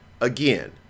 again